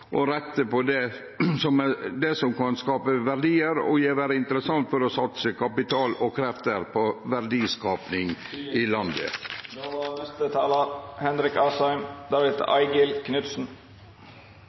å rette på det som kan skape verdiar og vere interessant å satse kapital og krefter på – for verdiskaping i landet.